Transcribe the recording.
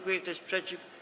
Kto jest przeciw?